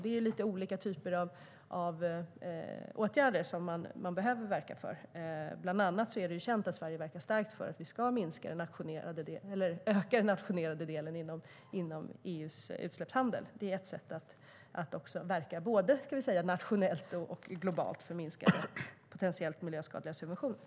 Det är lite olika typer av åtgärder som man behöver verka för. Bland annat är det känt att Sverige verkar starkt för att vi ska öka den auktionerade delen inom EU:s utsläppshandel. Det är ett sätt att verka både nationellt och globalt för att minska potentiellt miljöskadliga subventioner.